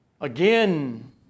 again